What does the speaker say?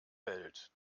welt